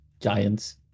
giants